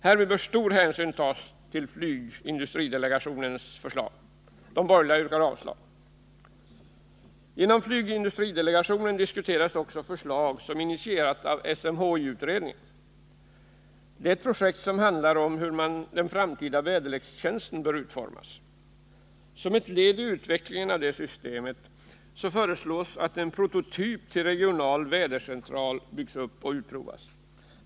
Härvid bör stor hänsyn tas till flygindustridelegationens förslag. De borgerliga yrkar avslag. Inom flygindustridelegationen diskuterades också förslag som initierades av SMHI-utredningen. Det är ett projekt som handlar om hur den framtida väderlekstjänsten bör utformas. Som ett led i utvecklingen av det systemet föreslås att en prototyp till regional vädercentral byggs upp och utprovas.